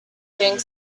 think